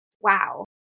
wow